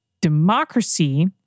democracy